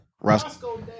Roscoe